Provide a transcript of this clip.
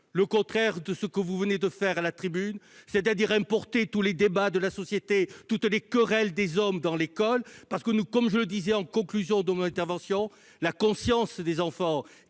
le contraire de ce que vous venez de faire à la tribune en important tous les débats de la société, toutes les querelles des hommes dans l'école, parce que, comme je le disais en conclusion de mon intervention, la conscience des enfants,